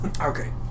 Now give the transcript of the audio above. Okay